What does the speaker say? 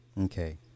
Okay